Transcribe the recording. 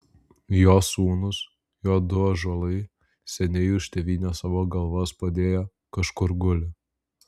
jo sūnūs jo du ąžuolai seniai už tėvynę savo galvas padėję kažkur guli